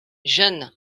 jeunes